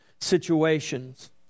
situations